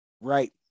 Right